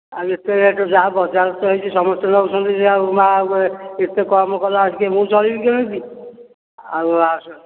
ଆଉ ଏତେ ରେଟ୍ ଯାହା ବଜାର ତ ହୋଇଛି ସମସ୍ତେ ନେଉଛନ୍ତି ଯାହା ମା' ଆଉ ଏତେ କମ୍ କଲେ ଆସିକି ମୁଁ ଚଳିବି କେମିତି ଆଉ